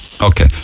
okay